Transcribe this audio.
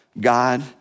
God